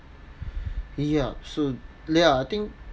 ya so ya I think